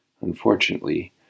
Unfortunately